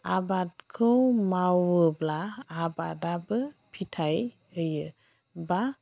आबादखौ मावोब्ला आबादाबो फिथाइ होयो बा